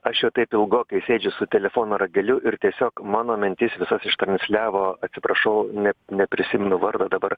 aš jau taip ilgokai sėdžiu su telefono rageliu ir tiesiog mano mintis visas ištransliavo atsiprašau net neprisimenu vardo dabar